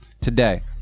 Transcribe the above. today